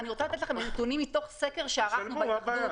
אני רוצה לתת לכם נתונים מתוך סקר שערכנו בהתאחדות